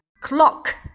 clock